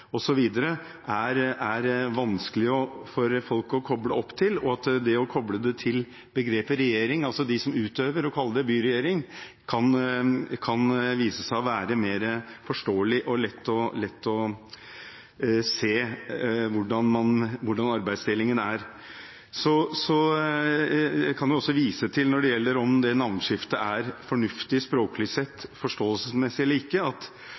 er vanskelig for folk å koble opp til. Det å koble det til begrepet «regjering», altså de som utøver, og kalle det byregjering kan vise seg å være mer forståelig, og det vil være lettere å se hvordan arbeidsdelingen er. Når det gjelder om navneskiftet er fornuftig språklig sett, forståelsesmessig eller ikke, kan jeg vise til det direktøren i Språkrådet, Åse Wetås, meldte: «Rent språklig